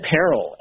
Peril